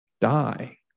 die